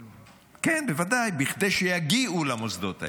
כן, בוודאי, -- כדי שיגיעו למוסדות האלה,